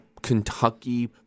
Kentucky